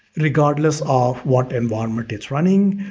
regardless of what environment it's running,